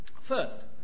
First